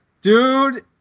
Dude